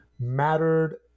mattered